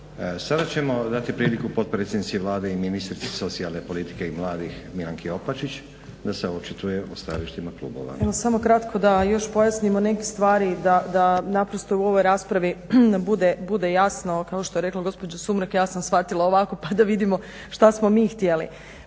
Sada ćemo dati priliku potpredsjednici Vlade i ministrici socijalne politike i mladih Milanki Opačić da se očituje o stajalištima klubova. **Opačić, Milanka (SDP)** Evo samo kratko da još pojasnimo neke stvari, da naprosto u ovoj raspravi bude jasno kao što je rekla gospođa Sumrak, ja sam shvatila ovako, pa da vidimo što smo mi htjeli.